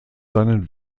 seinen